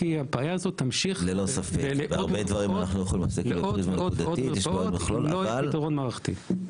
כי הבעיה הזאת תמשיך לעוד ועוד מרפאות אם לא יהיה פתרון מערכתי.